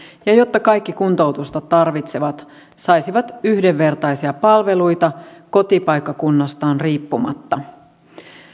ja jotta kaikki kuntoutusta tarvitsevat saisivat yhdenvertaisia palveluita kotipaikkakunnastaan riippumatta